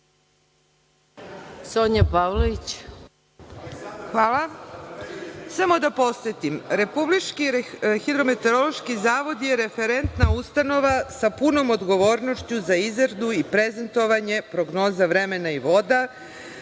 **Sonja Pavlović** Hvala. Samo da podsetim. Republički hidrometeorološki zavod je referentna ustanova sa punom odgovornošću za izradu i prezentovanje prognoza vremena i voda,